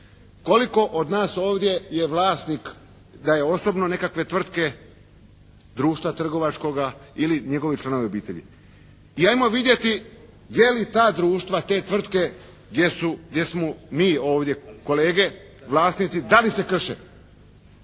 koliko od nas ovdje je vlasnik da je osobno nekakve tvrtke, društva trgovačkoga ili njegovi članovi obitelji. I ajmo vidjeti je li ta društva, te tvrtke gdje smo mi ovdje kolege, vlasnici da li se krše.